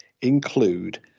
include